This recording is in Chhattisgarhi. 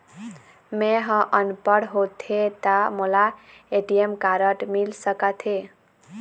मैं ह अनपढ़ होथे ता मोला ए.टी.एम कारड मिल सका थे?